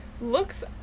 Looks